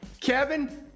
Kevin